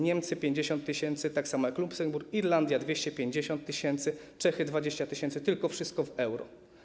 Niemcy - 50 tys., tak samo jak Luksemburg, Irlandia - 250 tys., Czechy - 20 tys., tylko wszystko w euro.